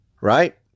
right